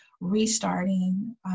restarting